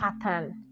pattern